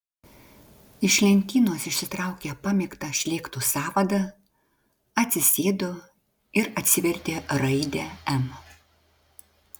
iš lentynos išsitraukė pamėgtą šlėktų sąvadą atsisėdo ir atsivertė raidę m